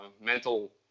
mental